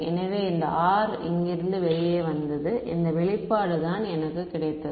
எனவே இந்த R இங்கிருந்து வெளியே வந்தது இந்த வெளிப்பாடு தான் எனக்கு கிடைத்தது